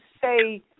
say